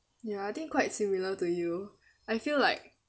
ya I think quite similar to you I feel like